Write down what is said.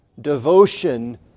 devotion